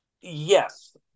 yes